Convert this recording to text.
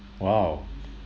!wow!